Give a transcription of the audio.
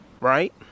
right